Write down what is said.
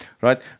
right